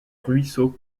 ruisseaux